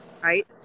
right